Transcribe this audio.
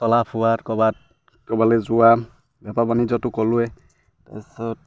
চলা ফুৰা ক'বাত ক'বালে যোৱা বেপাৰ বাণিজ্যটো ক'লোৱে তাৰপিছত